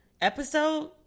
episode